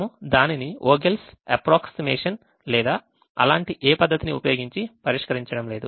మనము దానిని Vogel's approximation లేదా అలాంటి ఏ పద్ధతిని ఉపయోగించి పరిష్కరించడం లేదు